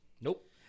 Nope